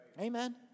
Amen